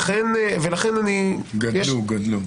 גדלו גדלו.